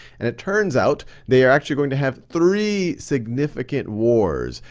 and it turns out they are actually going to have three significant wars.